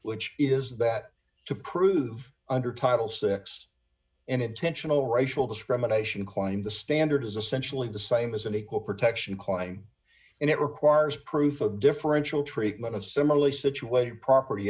which is that to prove under title six an intentional racial discrimination claim the standard is essentially the same as an equal protection calling and it requires proof of differential treatment of similarly situated property